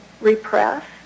repress